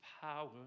power